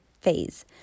phase